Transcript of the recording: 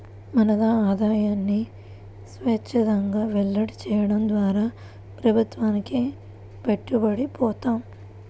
మన ఆదాయాన్ని స్వఛ్చందంగా వెల్లడి చేయడం ద్వారా ప్రభుత్వానికి పట్టుబడి పోతాం